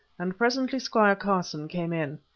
and presently squire carson came in.